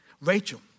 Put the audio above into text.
Rachel